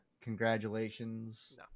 congratulations